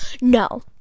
No